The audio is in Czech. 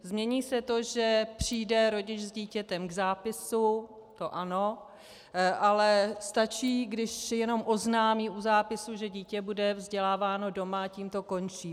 Změní se to, že přijde rodič s dítětem k zápisu, to ano, ale stačí, když jenom oznámí u zápisu, že dítě bude vzděláváno doma, a tím to končí.